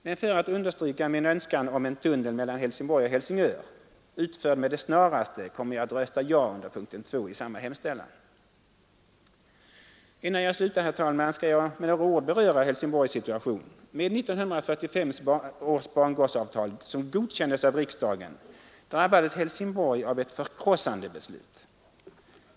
Men för att understryka min önskan om en tunnel mellan Helsingborg och Helsingör, utförd med det snaraste, kommer jag att rösta ja under punkten 2 i samma hemställan. Innan jag slutar, herr talman, skall jag med några ord beröra Helsingborgs situation. Med 1945 års bangårdsavtal som godkändes av riksdagen, drabbades Helsingborg av ett förkrossande beslut.